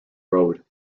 road